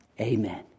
Amen